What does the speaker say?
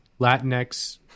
latinx